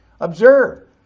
observe